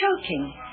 choking